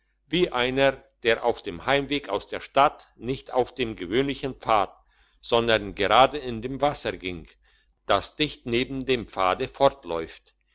wie einer der auf dem heimweg aus der stadt nicht auf dem gewöhnlichen pfad sondern gerade in dem wasser ging das dicht neben dem pfade fortläuft